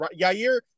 Yair